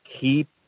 keep